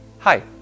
Hi